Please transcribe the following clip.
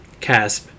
CASP